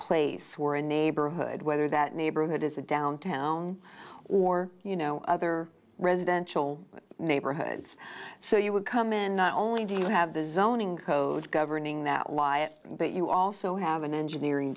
place where a neighborhood whether that neighborhood is a downtown or you know other residential neighborhoods so you would come in not only do you have the zoning code governing that lie it but you also have an engineering